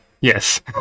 Yes